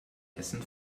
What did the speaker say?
hessen